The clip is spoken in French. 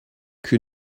que